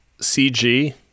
CG